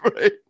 right